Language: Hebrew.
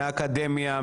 מהאקדמיה,